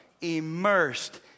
immersed